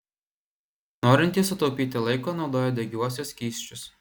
norintys sutaupyti laiko naudoja degiuosius skysčius